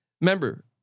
remember